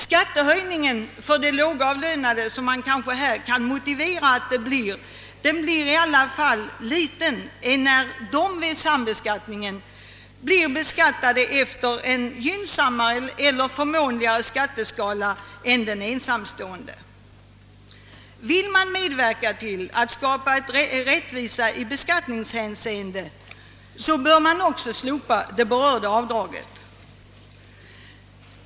Skattehöjningen för de lågavlönade, som kanske kan motiveras, är dock liten, enär man vid sambeskattningen blir beskattad efter en gynnsammare skatteskala än ensamstående. Vill vi medverka till att skapa rättvisa i beskattningshänseende, bör vi därför slopa det berörda avdraget.